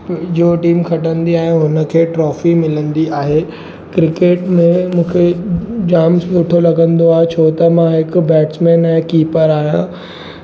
जो टीम खटंदी आहे उन खे ट्रॉफी मिलंदी आहे क्रिकेट में मूंखे जामु सुठो लॻंदो आहे छो त मां हिकु बैट्समैन ऐं कीपर आहियां